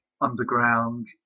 underground